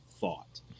thought